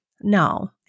No